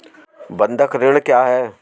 बंधक ऋण क्या है?